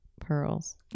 pearls